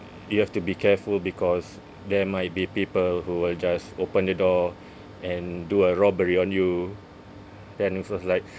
you have to be careful because there might be people who will just open the door and do a robbery on you then at first like